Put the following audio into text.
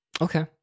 Okay